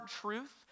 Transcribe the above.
truth